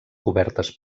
cobertes